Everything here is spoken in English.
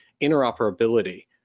interoperability